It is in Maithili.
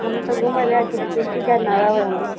हम तऽ घुमै लए आयल छी लेकिन रहबै हमहुँ